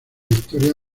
historia